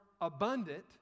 abundant